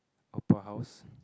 Opera house